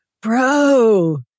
bro